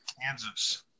Kansas